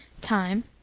Time